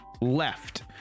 left